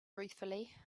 ruefully